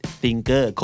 thinker